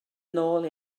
nôl